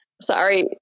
Sorry